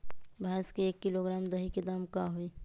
भैस के एक किलोग्राम दही के दाम का होई?